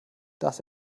dass